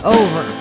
over